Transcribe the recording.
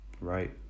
right